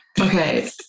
Okay